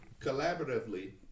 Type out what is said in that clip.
collaboratively